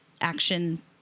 action